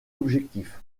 objectif